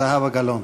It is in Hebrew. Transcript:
זהבה גלאון,